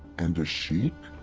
and a sheik?